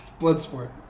Bloodsport